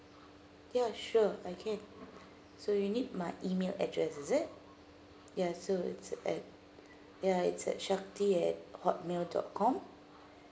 ya sure okay so you need my email address is it yeah so it's at ya it's at shakthi at hotmail dot com